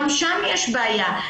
גם שם יש בעיה.